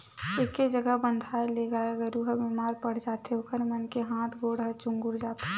एके जघा बंधाए ले गाय गरू ह बेमार पड़ जाथे ओखर मन के हात गोड़ ह चुगुर जाथे